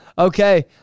Okay